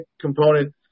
component